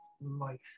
life